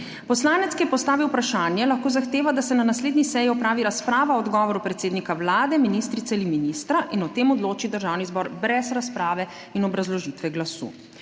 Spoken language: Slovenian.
Poslanec, ki je postavil vprašanje, lahko zahteva, da se na naslednji seji opravi razprava o odgovoru predsednika Vlade, ministrice ali ministra, in o tem odloči Državni zbor brez razprave in obrazložitve glasu.